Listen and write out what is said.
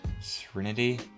serenity